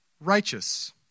righteous